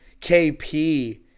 KP